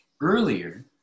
earlier